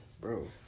Bro